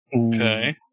Okay